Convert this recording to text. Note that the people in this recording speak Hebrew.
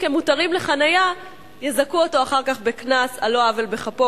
כמותרים לחנייה יזכו אותו אחר כך בקנס על לא עוול בכפו,